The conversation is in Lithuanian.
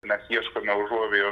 mes ieškome užuovėjos